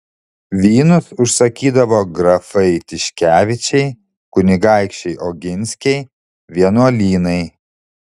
vynus užsakydavo grafai tiškevičiai kunigaikščiai oginskiai vienuolynai